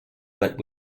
but